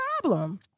problem